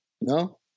No